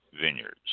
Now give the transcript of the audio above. Vineyards